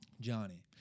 Johnny